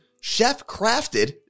chef-crafted